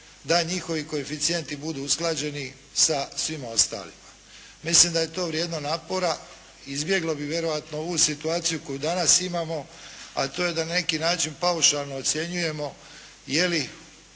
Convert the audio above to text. da njihovi koeficijenti budu usklađeni sa svima ostalima. Mislim da je to vrijedno napora, izbjeglo bi vjerojatno ovu situaciju koju danas imamo, a to je da na neki način paušalo ocjenjujemo je li